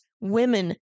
women